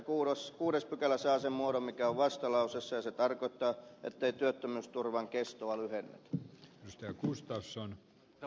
esitän että pykälä saa sen muodon joka on vastalauseessa ja se tarkoittaa ettei työttömyysturvan kestoa lyhennetä